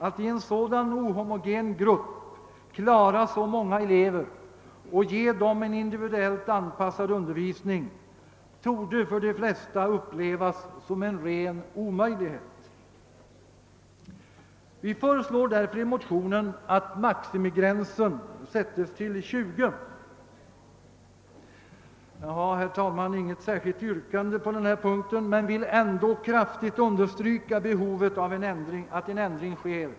Att i en sådan ohomogen grupp klara så många elever och ge dem en individuellt anpassad undervisning torde av de flesta uppfattas som en ren omöjlighet. Vi föreslår därför i motionen att maximigränsen sätts till 20. Jag har, herr talmän, inget särskilt yrkande på den punkten men vill ändå starkt understryka behovet av en ändring.